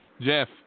Jeff